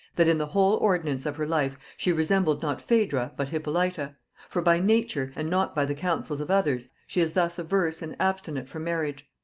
that in the whole ordinance of her life she resembled not phaedra but hippolyta for by nature, and not by the counsels of others, she is thus averse and abstinent from marriage.